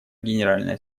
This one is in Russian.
генеральной